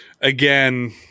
again